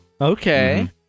Okay